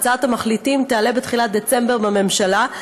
שהצעת המחליטים תעלה בתחילת דצמבר בממשלה.